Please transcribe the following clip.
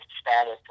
status